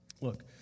look